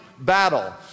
battle